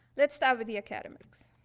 let's start with the academics.